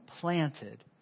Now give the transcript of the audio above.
planted